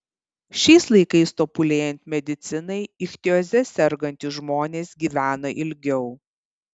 šiais laikais tobulėjant medicinai ichtioze sergantys žmonės gyvena ilgiau